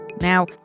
Now